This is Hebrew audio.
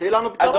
תמצאי לנו פתרון.